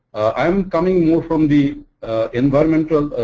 i'm coming more from the environmental.